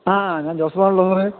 ആ ഞാന് ജോസഫാണല്ലോ സാറേ